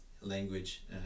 language